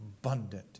abundant